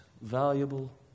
valuable